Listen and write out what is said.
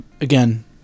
again